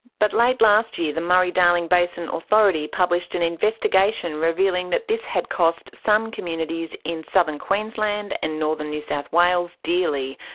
but late last year the murray-darling basin authority published an investigation revealing that this had cost some communities in southern queensland and northern new south wales dearly.